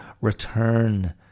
return